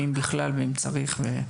אם בכלל ואם צריך.